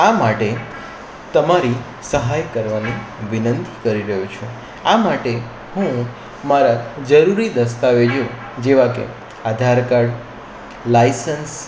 આ માટે તમારી સહાય કરવાની વિનંતી કરી રહ્યો છું આ માટે હું મારા જરૂરી દસ્તાવેજો જેવાં કે આધારકાર્ડ લાયસન્સ